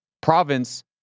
province